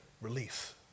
release